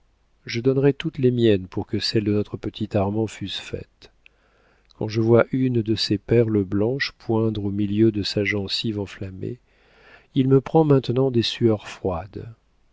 je donnerais toutes les miennes pour que celles de notre petit armand fussent faites quand je vois une de ces perles blanches poindre au milieu de sa gencive enflammée il me prend maintenant des sueurs froides